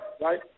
right